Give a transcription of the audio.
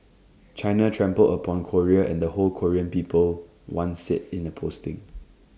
China trampled upon Korea and the whole Korean people one said in A posting